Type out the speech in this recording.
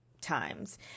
times